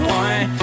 one